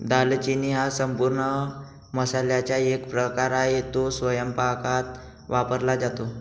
दालचिनी हा संपूर्ण मसाल्याचा एक प्रकार आहे, तो स्वयंपाकात वापरला जातो